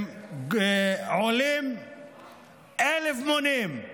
עולים אלף מונים על